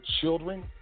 children